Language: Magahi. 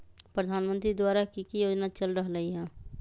प्रधानमंत्री द्वारा की की योजना चल रहलई ह?